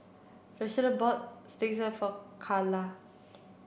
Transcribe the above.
Rashida bought for Karla